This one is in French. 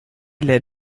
les